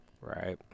Right